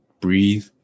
breathe